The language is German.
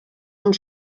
und